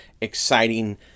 exciting